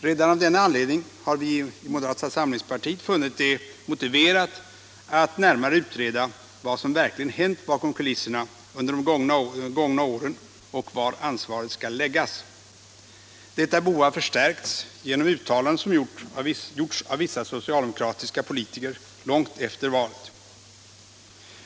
Redan av denna anledning har vi i moderata samlingspartiet funnit det motiverat att närmare utreda vad som verkligen hänt bakom kulisserna under de gångna åren och var ansvaret skall läggas. Detta behov har förstärkts genom uttalanden som gjorts av vissa socialdemokratiska politiker långt efter valet. =.